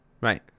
right